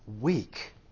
weak